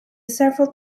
several